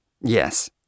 Yes